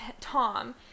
Tom